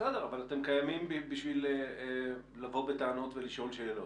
אתם קיימים כדי לבוא בטענות ולשאול שאלות.